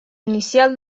inicial